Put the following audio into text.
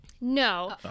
No